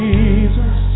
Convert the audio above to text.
Jesus